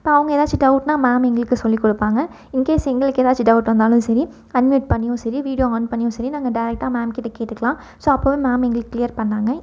இப்போ அவங்க ஏதாச்சு டவுட்ன்னா மேம் எங்களுக்கு சொல்லி கொடுப்பாங்க இன்கேஸ் எங்களுக்கு ஏதாச்சு டவுட் வந்தாலும் சரி அன் மியூட் பண்ணியும் சரி வீடியோ ஆன் பண்ணியும் சரி நாங்கள் டேரெக்டாக மேம்கிட்ட கேட்டுக்கலாம் ஸோ அப்போவே மேம் எங்களுக்கு கிளியர் பண்ணாங்க